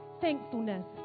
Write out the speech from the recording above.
Thankfulness